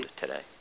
today